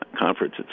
conference